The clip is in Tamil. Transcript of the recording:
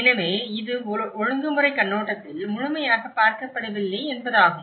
எனவே இது ஒழுங்குமுறைக் கண்ணோட்டத்தில் முழுமையாகப் பார்க்கப்படவில்லை என்பதாகும்